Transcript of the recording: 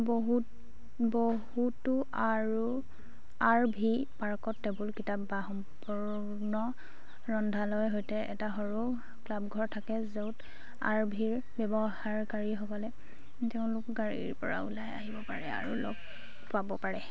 বহুত বহুতো আৰু আৰ ভি পাৰ্কত টেবুল কিতাপ বা সম্পূৰ্ণ ৰন্ধনালয়ৰ সৈতে এটা সৰু ক্লাবঘৰ থাকে য'ত আৰ ভিৰ ব্যৱহাৰকাৰীসকলে তেওঁলোকৰ গাড়ীৰ পৰা ওলাই অহিব পাৰে আৰু লগ পাব পাৰে